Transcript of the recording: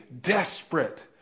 desperate